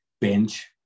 bench